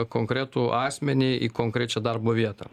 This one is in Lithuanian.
konkretų asmenį į konkrečią darbo vietą